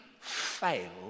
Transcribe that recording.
fail